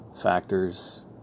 factors